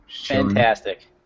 Fantastic